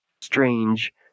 strange